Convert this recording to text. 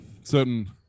certain